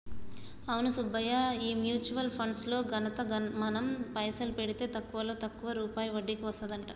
అవును సుబ్బయ్య ఈ mutual funds లో ఘనత మనం పైసలు పెడితే తక్కువలో తక్కువ రూపాయి వడ్డీ వస్తదంట